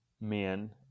men